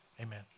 Amen